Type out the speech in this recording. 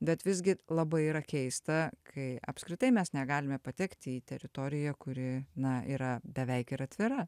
bet visgi labai yra keista kai apskritai mes negalime patekti į teritoriją kuri na yra beveik ir atvira